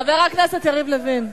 חבר הכנסת יריב לוין.